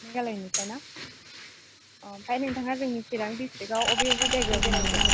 मेघालयनिफ्राय ना ओमफ्राय नोंथाङा जोंनि सिरां दिस्ट्रिक्टआव बबे बबे जायगायाव बेरायहैगोन